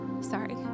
Sorry